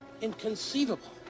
Inconceivable